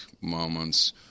moments